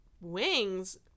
Wings